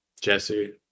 Jesse